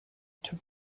took